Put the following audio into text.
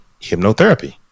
hypnotherapy